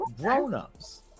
grown-ups